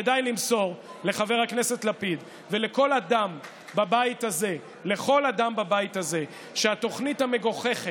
כדאי למסור לחבר הכנסת לפיד ולכל אדם בבית הזה שהתוכנית המגוחכת,